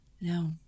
No